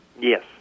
Yes